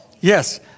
yes